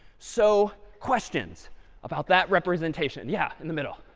so questions about that representation? yeah, in the middle.